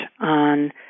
on